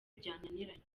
byananiranye